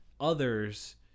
others